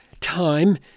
time